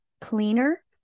cleaner